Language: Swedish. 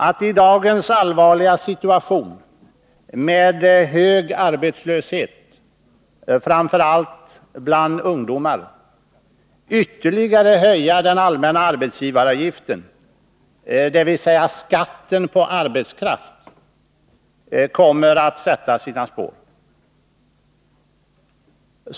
Att i dagens allvarliga situation med hög arbetslöshet, framför allt bland ungdomar, ytterligare höja den allmänna arbetsgivaravgiften, dvs. skatten på arbetskraft, kommer att sätta sina spår.